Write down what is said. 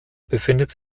befindet